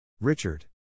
Richard